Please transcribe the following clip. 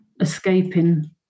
escaping